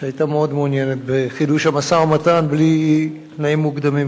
שהיתה מאוד מעוניינת בחידוש המשא-ומתן בלי תנאים מוקדמים.